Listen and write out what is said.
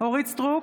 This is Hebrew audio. אורית מלכה סטרוק,